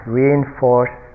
reinforce